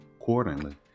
accordingly